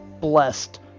blessed